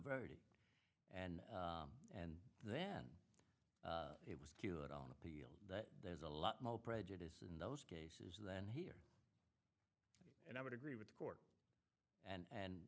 verdict and and then it was cute on appeal that there's a lot more prejudice in those cases than here and i would agree with the court and